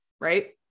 right